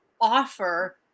offer